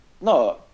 no